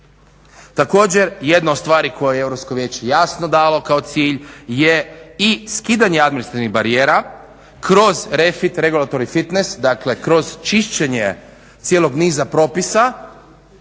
Također jedna od stvari koje je Europsko vijeće jasno dalo kao cilj je i skidanje administrativnih barijera kroz REFIT, regulatorni fitnes, dakle kroz čišćenje cijelog niza propisa